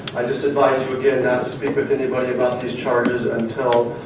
i just advise you, again, not to speak with anybody about these charges until, ah,